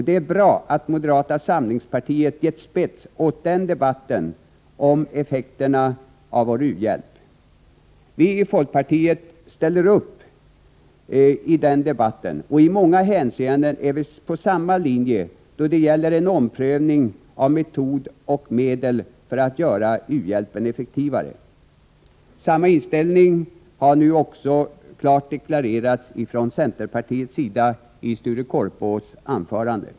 Det är bra att moderata samlingspartiet gett spets åt debatten om effekterna av vår u-hjälp. Vi i folkpartiet ställer upp i den debatten, och i många hänseenden är vi på samma linje då det gäller en omprövning av metoder och medel för att göra u-hjälpen effektivare. Samma inställning har nu också klart deklarerats från centerpartiets sida i Sture Korpås anförande.